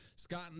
Scott